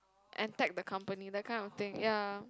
and tag the company that kind of thing ya